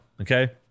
Okay